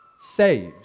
saves